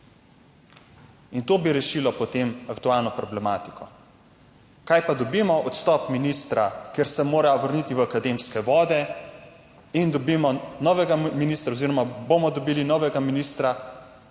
In to bi potem rešilo aktualno problematiko. Kaj pa dobimo? Odstop ministra, ker se mora vrniti v akademske vode, in dobimo novega ministra oziroma bomo dobili novega ministra,